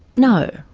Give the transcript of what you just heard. no,